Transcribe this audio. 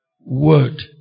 word